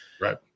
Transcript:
Right